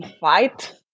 fight